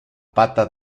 pata